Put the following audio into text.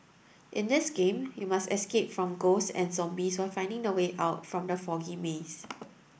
in this game you must escape from ghosts and zombies while finding the way out from the foggy maze